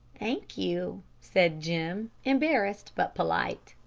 thank you, said jim embarrassed, but polite.